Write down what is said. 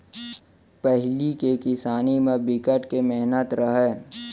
पहिली के किसानी म बिकट के मेहनत रहय